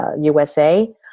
USA